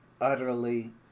utterly